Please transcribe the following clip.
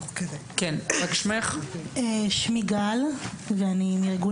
אני מארגון